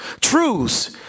Truths